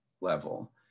level